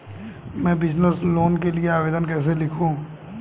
मैं business loan के लिए आवेदन कैसे लिखूँ?